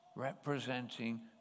representing